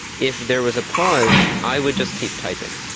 if there was a pause i would just keep typing,